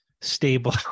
stable